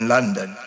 London